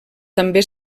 també